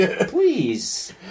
Please